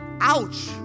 Ouch